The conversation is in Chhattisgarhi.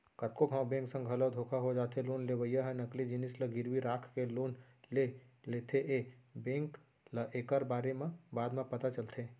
कतको घांव बेंक संग घलो धोखा हो जाथे लोन लेवइया ह नकली जिनिस ल गिरवी राखके लोन ले लेथेए बेंक ल एकर बारे म बाद म पता चलथे